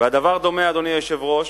והדבר דומה, אדוני היושב-ראש,